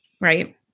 right